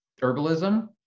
herbalism